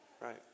Right